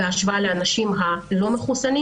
בהשוואה לאנשים לא-מחוסנים,